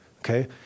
Okay